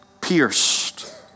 pierced